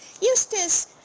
Eustace